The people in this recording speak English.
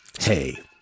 Hey